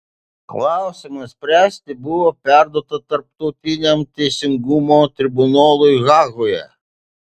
klausimą spręsti buvo perduota tarptautiniam teisingumo tribunolui hagoje